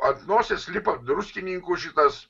ant nosies lipa druskininkų šitas